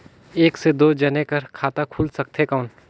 एक से दो जने कर खाता खुल सकथे कौन?